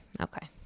Okay